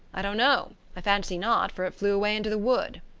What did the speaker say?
i don't know i fancy not, for it flew away into the wood.